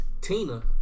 Tina